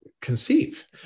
conceive